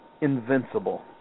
invincible